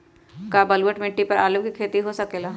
का बलूअट मिट्टी पर आलू के खेती हो सकेला?